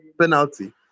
penalty